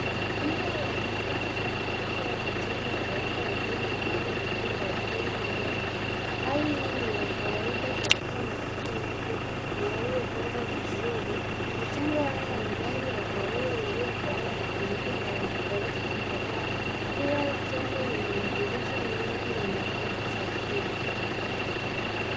Nyumba ya kisasa za makaazi au majengo ya ghorofa yakiwa na lango kubwa la chuma mbele. Hali hii ni ya kawaida katika makaazi mapya na yaliyopangwa vizuri. Majengo haya yana rangi ya kahawia iliyokolea na beige na yenye ghorofa kadhaa. Kila jengo lina madirisha mengi yenye fremu za juu.